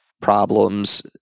problems